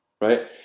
right